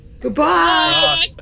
Goodbye